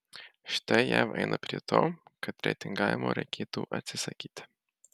štai jav eina prie to kad reitingavimo reikėtų atsisakyti